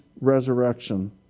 resurrection